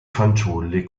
fanciulli